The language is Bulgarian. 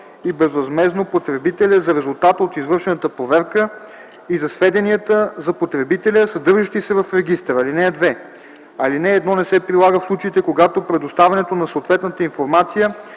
и безвъзмездно потребителя за резултата от извършената проверка и за сведенията за потребителя, съдържащи се в регистъра. (2) Алинея 1 не се прилага в случаите, когато предоставянето на съответната информация